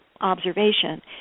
observation